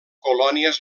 colònies